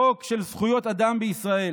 חוק של זכויות אדם בישראל.